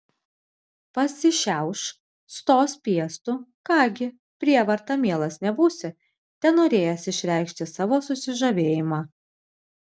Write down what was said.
pasišiauš stos piestu ką gi prievarta mielas nebūsi tenorėjęs išreikšti savo susižavėjimą